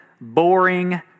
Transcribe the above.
boring